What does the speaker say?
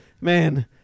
man